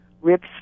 rips